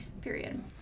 period